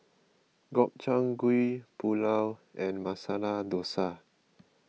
Gobchang Gui Pulao and Masala Dosa